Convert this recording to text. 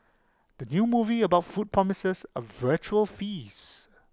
the new movie about food promises A vitual feast